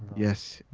yes,